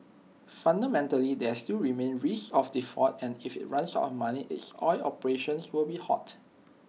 fundamentally there still remains risk of default and if IT runs out of money its oil operations will be halted